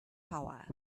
power